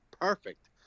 perfect